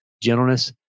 gentleness